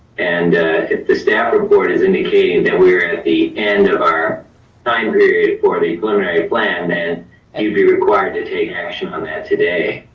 and if the staff report is indicating that we're at the end of our time period for the preliminary plan, then and we'd be required to take action on that today.